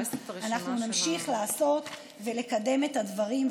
אנחנו נמשיך לעשות ולקדם את הדברים,